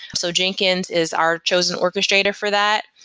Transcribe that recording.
so jenkins is our chosen orchestrator for that.